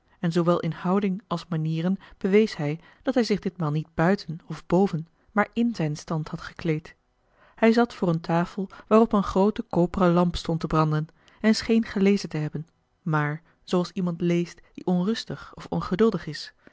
en zoowel in houding als manieren bewees hij dat hij zich ditmaal niet buiten of boven maar in zijn stand had gekleed hij zat voor eene tafel waarop eene groote koperen lamp stond te branden en scheen gelezen te hebben maar zooals iemand leest die onrustig of ongeduldig is